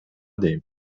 дейм